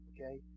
Okay